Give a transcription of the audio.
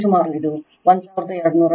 ಸರಿಸುಮಾರು ಇದು 1273